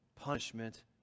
punishment